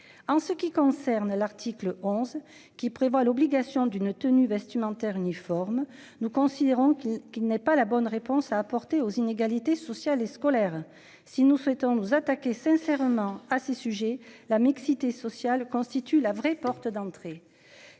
en ce qui concerne l'article 11 qui prévoit l'obligation d'une tenue vestimentaire uniforme. Nous considérons que, qu'il n'est pas la bonne réponse à apporter aux inégalités sociales et scolaires. Si nous souhaitons nous attaquer sincèrement à ces sujets, la mixité sociale constitue la vraie porte d'entrée